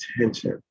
attention